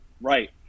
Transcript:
Right